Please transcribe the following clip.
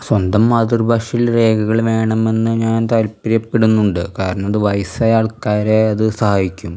സ്വന്തം മാതൃഭാഷയിൽ രേഖകൾ വേണമെന്ന് ഞാൻ താൽപ്പര്യപ്പെടുന്നുണ്ട് കാരണം ഇത് വയസ്സായാൾക്കാരെ അത് സഹായിക്കും